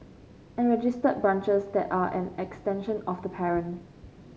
and registered branches that are an extension of the parent